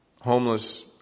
homeless